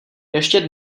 ještě